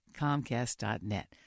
Comcast.net